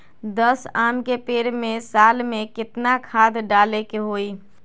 दस आम के पेड़ में साल में केतना खाद्य डाले के होई?